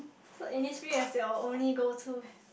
so Innisfree is your only go to